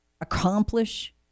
accomplish